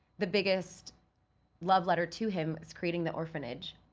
the biggest love letter to him was creating the orphanage.